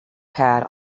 pad